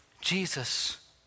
Jesus